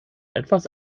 etwas